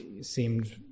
seemed